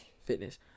Fitness